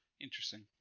interesting